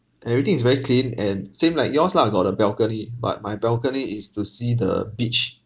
everything is very clean and same like yours lah got a balcony but my balcony is to see the beach